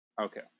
Okay